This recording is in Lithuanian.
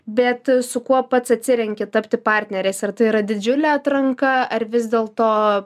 bet su kuo pats atsirenki tapti partneriais ir tai yra didžiulė atranka ar vis dėl to